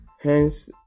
hence